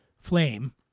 flame